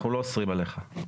אנחנו לא אוסרים עליך.